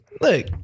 Look